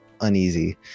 uneasy